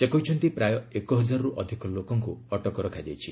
ସେ କହିଛନ୍ତି' ପ୍ରାୟ ଏକହଜାରରୁ ଅଧିକ ଲୋକଙ୍କୁ ଅଟକ ରଖାଯାଇଛି